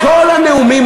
חבר הכנסת מרגי,